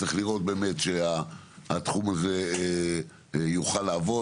צריך לראות באמת שהתחום הזה יוכל לעבוד